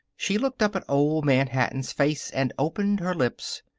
she looked up at old man hatton's face and opened her lips.